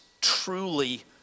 truly